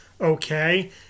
okay